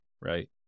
right